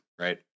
right